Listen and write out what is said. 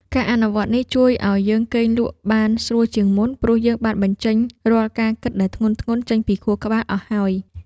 ការអនុវត្តនេះជួយឱ្យយើងគេងលក់បានស្រួលជាងមុន ព្រោះយើងបានបញ្ចេញរាល់ការគិតដែលធ្ងន់ៗចេញពីខួរក្បាលអស់ហើយ។